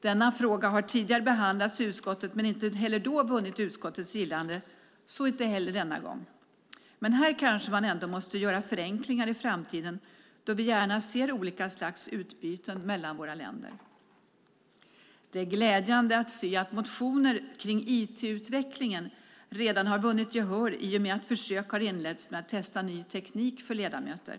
Denna fråga har tidigare behandlats i utskottet men inte vunnit utskottets gillande, och så inte heller denna gång. Men här kanske man måste göra förenklingar i framtiden då vi gärna ser olika slags utbyten mellan våra länder. Det är glädjande att se att motioner kring IT-utvecklingen redan har vunnit gehör i och med att försök inletts med att testa ny teknik för ledamöter.